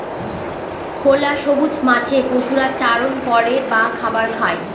খোলা সবুজ মাঠে পশুরা চারণ করে বা খাবার খায়